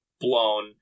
blown